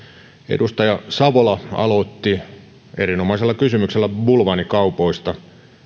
edustaja savola aloitti erinomaisella kysymyksellä bulvaanikaupoista